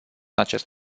acest